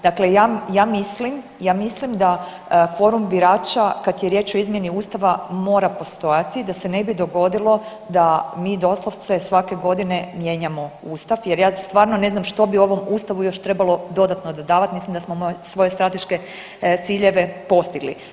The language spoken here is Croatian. Dakle, ja, ja mislim, ja mislim da kvorum birača kad je riječ o izmjeni Ustava mora postojati da se ne bi dogodilo da mi doslovce svake godine mijenjamo Ustav jer ja stvarno ne znam što bi ovom Ustavu još trebalo dodatno dodavat, mislim da smo svoje strateške ciljeve postigli.